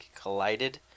collided